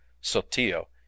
Sotillo